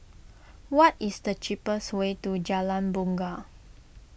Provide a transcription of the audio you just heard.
what is the cheapest way to Jalan Bungar